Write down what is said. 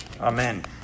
Amen